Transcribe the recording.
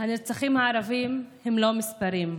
הנרצחים הערבים הם לא מספרים.